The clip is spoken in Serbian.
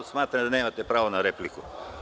Smatram da nemate pravo na repliku.